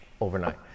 overnight